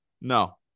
No